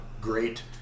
great